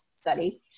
study